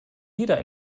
jeder